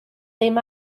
ddim